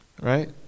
Right